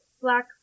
black